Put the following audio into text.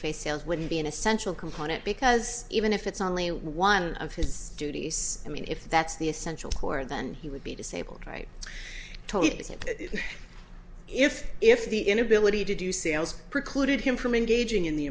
face sales wouldn't be an essential component because even if it's only one of his duties i mean if that's the essential core then he would be disabled right tony is it if if the inability to do sales precluded him from engaging in the